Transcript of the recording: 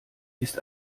ist